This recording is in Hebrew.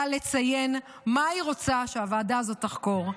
לציין מה היא רוצה שהוועדה הזאת תחקור".